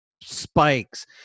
spikes